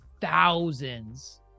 thousands